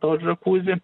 to džakuzi